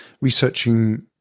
researching